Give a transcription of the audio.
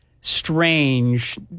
strange